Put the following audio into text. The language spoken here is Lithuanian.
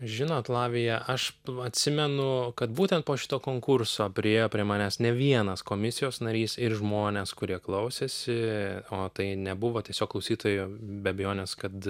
žinot lavija aš atsimenu kad būtent po šito konkurso priėjo prie manęs ne vienas komisijos narys ir žmonės kurie klausėsi o tai nebuvo tiesiog klausytojų be abejonės kad